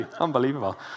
unbelievable